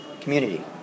Community